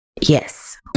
Yes